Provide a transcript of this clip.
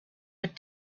had